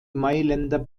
mailänder